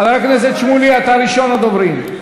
חבר הכנסת שמולי, אתה ראשון הדוברים.